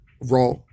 raw